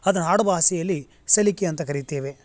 ಅದು ಆಡುಭಾಷೆಯಲ್ಲಿ ಅಂತ ಕರಿತೇವೆ